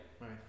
Right